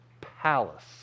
palace